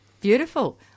Beautiful